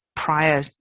prior